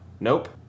Nope